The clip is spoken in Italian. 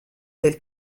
del